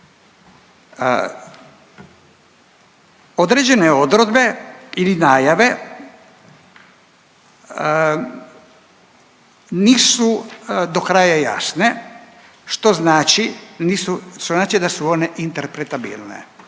Određene odredbe ili najave nisu do kraja jasne što znači da su one interpretabilne.